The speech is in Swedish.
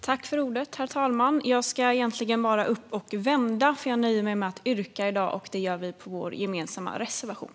Herr talman! Jag ska egentligen bara upp och vända. Jag nöjer mig i dag med att yrka bifall till vår gemensamma reservation.